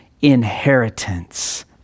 inheritance